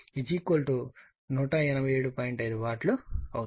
5 watt అవుతుంది